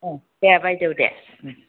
दे बायदेव दे